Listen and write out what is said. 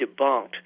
debunked